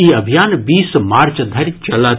ई अभियान बीस मार्च धरि चलत